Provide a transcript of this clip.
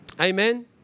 Amen